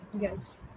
Yes